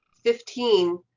fifteen